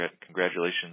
congratulations